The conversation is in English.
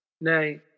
nay